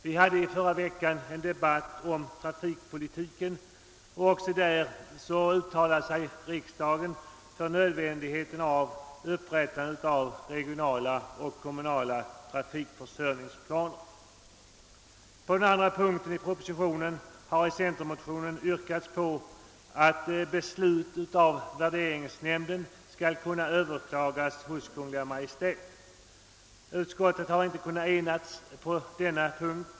Vi hade i förra veckan en debatt om trafikpolitiken och även i det sammanhanget uttalade sig riksdagen för upprättandet av regionala och kommunala trafikförsörjningsplaner. Beträffande en annan punkt i propositionen har i centermotionen yrkats på att beslut av värderingsnämnden skall kunna överklagas hos Kungl. Maj:t. Utskottet har inte kunnat enas på denna punkt.